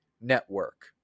network